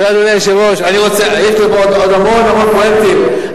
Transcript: יש לי פה עוד המון המון פרויקטים,